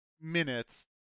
minutes